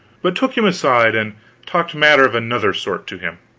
but took him aside and talked matter of another sort to him.